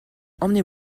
emmenez